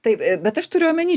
taip bet aš turiu omeny